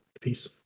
Peace